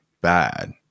bad